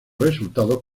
resultados